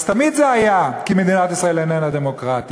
אז תמיד זה היה, כי מדינת ישראל איננה דמוקרטית,